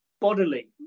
bodily